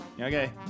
Okay